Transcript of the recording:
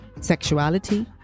sexuality